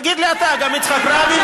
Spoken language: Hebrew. תגיד לי אתה, ירושלים,